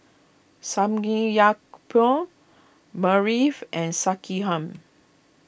Samgeyopsal Barfi and Sekihan